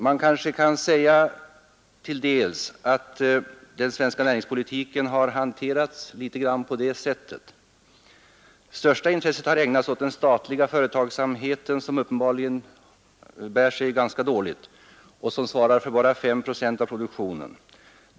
Man kanske kan säga att den svenska näringspolitiken i någon mån har hanterats på det sättet. Största intresset har ägnats åt den statliga företagsamheten som uppenbarligen bär sig ganska dåligt och som svarar för bara 5 procent av produktionen.